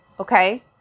Okay